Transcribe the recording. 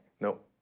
Nope